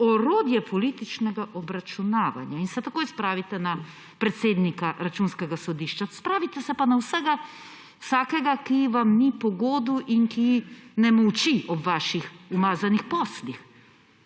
orodje političnega obračunavanja in se takoj spravite na predsednika Računskega sodišča. Spravite se pa na vsakega, ki vam ni pogodu in ki ne molči ob vaših umazanih poslih.